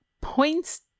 points